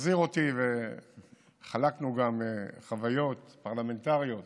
החזיר אותי, וחלקנו גם חוויות פרלמנטריות